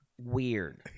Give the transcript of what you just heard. weird